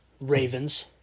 Ravens